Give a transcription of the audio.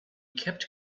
kept